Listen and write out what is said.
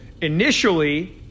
initially